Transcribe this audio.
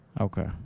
okay